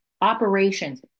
operations